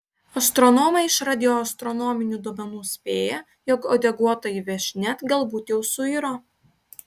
astronomai iš radioastronominių duomenų spėja jog uodeguotoji viešnia galbūt jau suiro